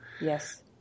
Yes